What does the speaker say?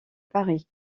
paris